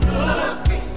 looking